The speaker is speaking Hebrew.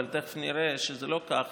אבל תכף נראה שזה לא כך